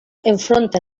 enfronta